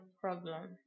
problem